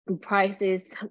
Prices